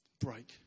Break